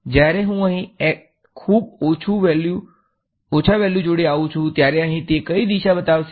જ્યારે હું અહીં ખૂબ ઓછી વેલ્યુ જોડે આવું છું ત્યારે અહીં તે કઈ દિશા બતાવશે